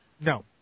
No